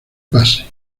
pase